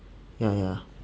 ya ya